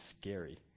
scary